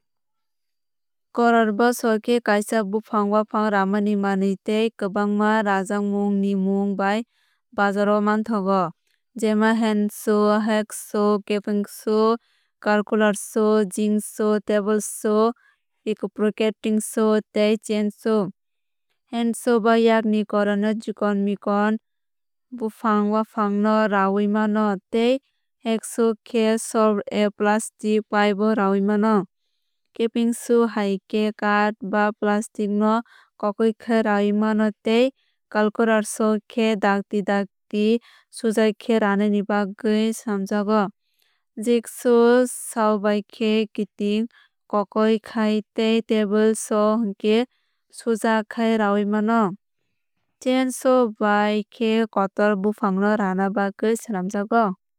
Korat ba saw khe kaisa bwfang wafang ramani manwui tei kwbangma rajakmung ni mung bai bazar o manthogo jemon hand saw hacksaw coping saw circular saw jig saw table saw reciprocating saw tei chain saw. Hand saw ba yakni korat no chikon mikon bwfanf wafang no rayui mano tei hacksaw no khe sorb a plastic pipe no rayui mano. Coping saw bai khe kath ba plastic no kokoi khai rayui mano tei circular saw no khe dati dati tei sujakhe ranani bagwui salmjago. Jigsaw saw bai khe kiting kokoi khai tei table saw baikhe suja khai rayui mano. Chain saw bai khe kotor bwfang no rana bagwui swlamjago.